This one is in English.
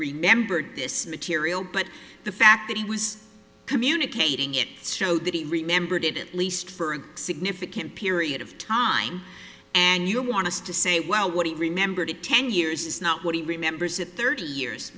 remembered this material but the fact that he was communicating it showed that he remembered it at least for a significant period of time and you want to say well what he remembered ten years is not what he remembers it thirty years